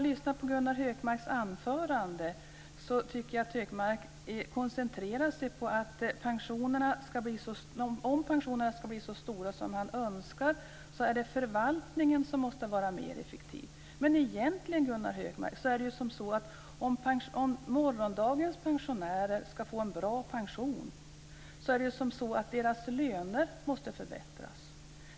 Men Hökmark koncentrerar sig i sitt anförande på att om pensionerna ska bli så stora som man önskar är det förvaltningen som måste vara mer effektiv. Men egentligen, Gunnar Hökmark, om morgondagens pensionärer ska få en bra pension, måste deras löner förbättras.